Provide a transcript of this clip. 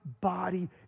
body